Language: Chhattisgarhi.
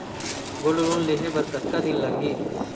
गोल्ड लोन लेहे बर कतका दिन लगही?